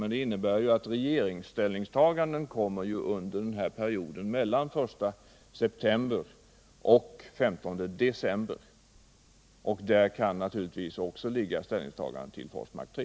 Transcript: Men det innebär att regeringens ställningstagande kommer under perioden 1 september-15 december, och däri kan naturligtvis också ligga ställningstagandet till Forsmark 3.